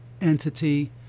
entity